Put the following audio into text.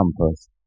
compass